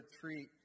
treat